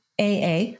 AA